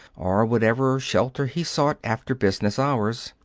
or whatever shelter he sought after business hours.